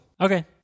Okay